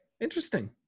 interesting